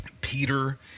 Peter